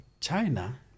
China